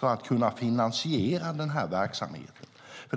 för att kunna finansiera verksamheten.